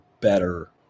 better